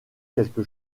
quelque